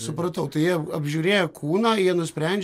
supratau tai jie ap apžiūrėję kūną jie nusprendžia